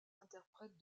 interprètes